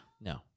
No